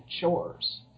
chores